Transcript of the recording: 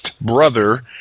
brother